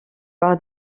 par